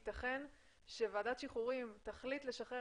האם ייתכן שוועדת שחרורים תחליט לשחרר